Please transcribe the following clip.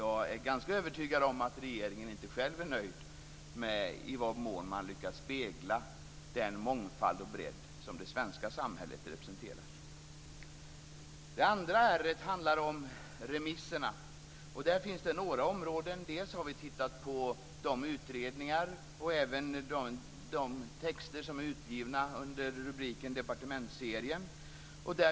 Jag är ganska övertygad om att regeringen inte själv är nöjd med hur man lyckas spegla den mångfald och bredd som det svenska samhället representerar. Det andra r:et handlar om remisserna. Där finns det några områden. Vi har bl.a. tittat på de utredningar och de texter som är utgivna under rubriken Departementsserien.